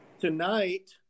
tonight